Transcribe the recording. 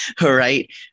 right